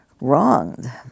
wronged